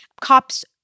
cops